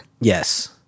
Yes